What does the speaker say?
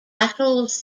battles